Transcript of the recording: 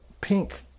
pink